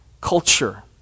culture